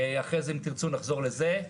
אחרי זה אם תרצו נחזור לזה.